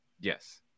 Yes